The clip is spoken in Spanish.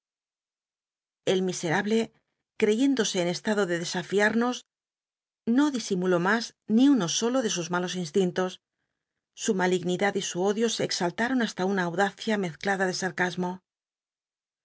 iscara able creyéndose en estado de desafiamos no disimuló mas ui uno solo de sus malos instintos su malignidad y su ódio se exaltaron hasta una audacia mezclada de s